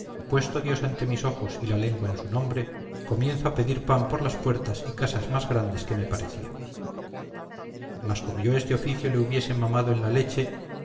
puesto dios ante mis ojos y la lengua en su nombre comienzo a pedir pan por las puertas y casas más grandes que me parecía mas como yo este oficio le hobiese mamado en la leche